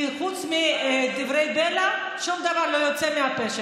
כי חוץ מדברי בלע שום דבר לא יוצא מהפה שלך,